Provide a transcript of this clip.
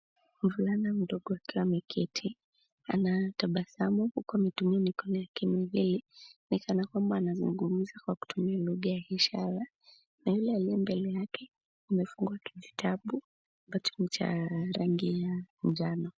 Mvulana mdogo akiwa ameketi, anatabasamu huku mikono yake milele, ni kana kwamba anazungumza kwa kutumia lugha ya ishara na yule aliye mbele yake amefungua kijitabu, ambacho ni cha rangi ya njano.